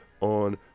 on